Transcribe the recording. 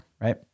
Right